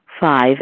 Five